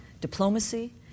diplomacy